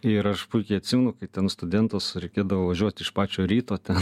ir aš puikiai atsimenu kai ten studentas reikėdavo važiuot iš pačio ryto tą